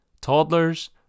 toddlers